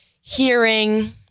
hearing